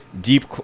deep